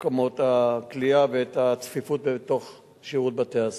מקומות הכליאה והצפיפות בתוך בתי-הסוהר.